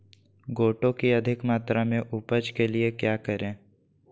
गोटो की अधिक मात्रा में उपज के लिए क्या करें?